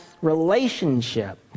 relationship